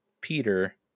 Peter